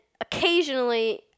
occasionally